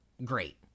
great